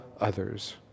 others